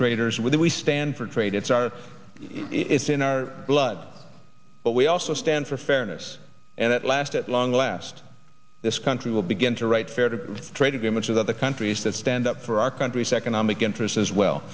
traders when we stand for trade it's our it's in our blood but we also stand for fairness and at last at long last this country will begin to write fair to trade agreements with other countries that stand up for our country's economic interests as well